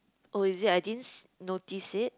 oh is it I didn't notice it